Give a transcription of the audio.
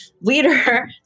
leader